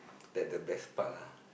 that the best part lah